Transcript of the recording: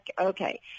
Okay